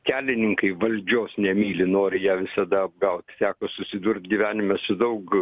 kelininkai valdžios nemyli nori ją visada apgaut teko susidurt gyvenime su daug